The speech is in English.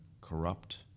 corrupt